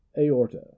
Aorta